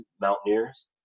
mountaineers